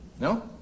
No